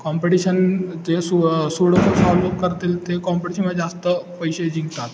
competition जे सु sudoku solve करतील ते कॉम्पिटिशनमध्ये जास्त पैसे जिंकतात